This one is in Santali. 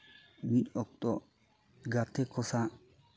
ᱢᱤᱫ ᱚᱠᱛᱚ ᱜᱟᱛᱮ ᱠᱚ ᱥᱟᱶ